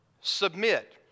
submit